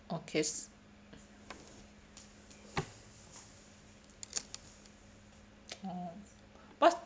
okay what